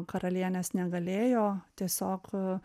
karalienės negalėjo tiesiog